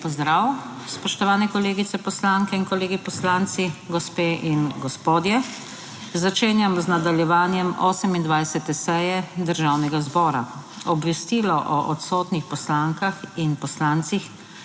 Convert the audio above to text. pozdrav spoštovani kolegice poslanke in kolegi poslanci, gospe in gospodje! Začenjam z nadaljevanjem 28. seje Državnega zbora. Obvestilo o odsotnih poslankah in poslancih